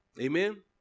Amen